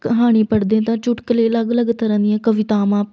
ਕਹਾਣੀ ਪੜ੍ਹਦੇ ਤਾਂ ਚੁਟਕਲੇ ਅਲੱਗ ਅਲੱਗ ਤਰ੍ਹਾਂ ਦੀਆਂ ਕਵਿਤਾਵਾਂ